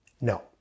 No